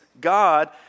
God—